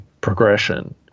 progression